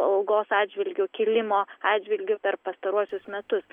algos atžvilgiu kilimo atžvilgiu per pastaruosius metus